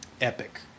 epic